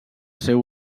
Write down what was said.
seu